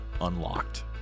Unlocked